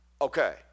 okay